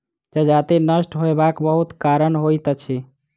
जजति नष्ट होयबाक बहुत कारण होइत अछि